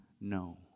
no